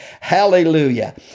Hallelujah